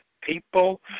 people